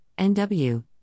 NW